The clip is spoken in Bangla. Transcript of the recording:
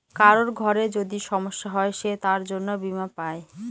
কারোর ঘরে যদি সমস্যা হয় সে তার জন্য বীমা পাই